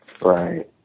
Right